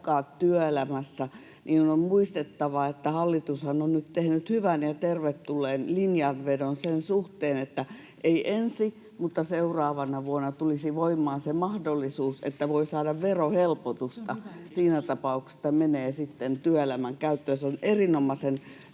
työelämässä, niin on muistettava, että hallitushan on nyt tehnyt hyvän ja tervetulleen linjanvedon sen suhteen, että ei ensi mutta seuraavana vuonna tulisi voimaan se mahdollisuus, että voi saada verohelpotusta [Maria Guzenina: Se on hyvä uudistus!] siinä tapauksessa, että menee työelämän käyttöön. Se on erinomaisen